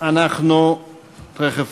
אנחנו תכף